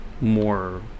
more